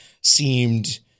seemed